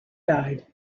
died